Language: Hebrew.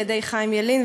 על-ידי חיים ילין,